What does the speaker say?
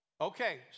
Okay